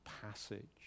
passage